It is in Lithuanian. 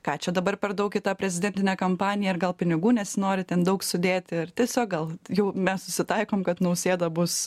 ką čia dabar per daug į tą prezidentinę kampaniją ir gal pinigų nesinori ten daug sudėti ir tiesiog gal jau mes susitaikom kad nausėda bus